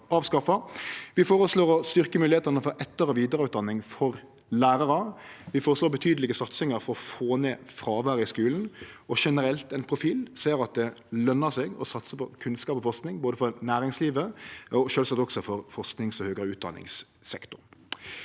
Vi føreslår å styrkje moglegheitene for etter- og vidareutdanning for lærarar. Vi føreslår betydelege satsingar for å få ned fråværet i skulen og generelt ein profil som gjer at det løner seg å satse på kunnskap og forsking, både for næringslivet og sjølvsagt også for forskings- og høgare utdanningssektoren.